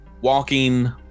walking